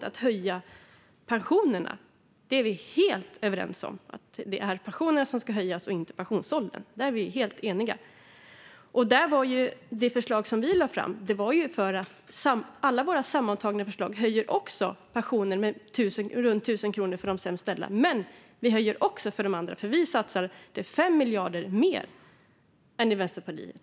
Att pensionerna ska höjas och inte pensionsåldern är vi och Vänsterpartiet dock helt överens om. Alla våra förslag sammantaget höjer också pensionen med runt 1 000 kronor för de sämst ställda. Men vi höjer också för de andra. Vi satsar nämligen 5 miljarder mer än Vänsterpartiet.